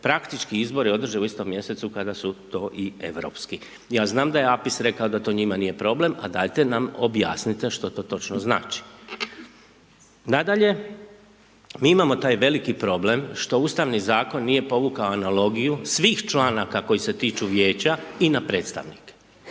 praktički izbori održe u istom mjesecu kada su to i europski. Ja znam da je Apis rekao da to njima nije problem, a dajete nam objasnite što to točno znači. Nadalje, mi imamo taj veliki problem što ustavni zakon nije povukao analogiju svih članaka koji se tiču vijeća i na predstavnike.